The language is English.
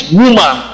woman